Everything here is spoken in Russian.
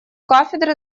кафедры